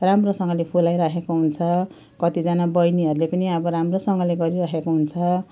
राम्रोसँगले फुलाइराखेको हुन्छ कतिजना बहिनीहरूले पनि अब राम्रोसँगले गरिराखेको हुन्छ